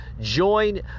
join